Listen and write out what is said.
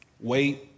Wait